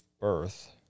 birth